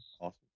Awesome